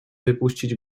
wypuścić